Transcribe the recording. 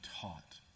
taught